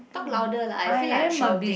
talk louder lah I feel like I'm shouting